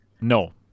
no